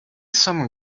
some